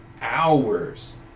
hours